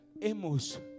Hemos